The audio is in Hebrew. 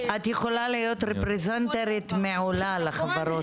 את יכולה להיות פרזנטורית מעולה לחברות.